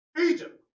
Egypt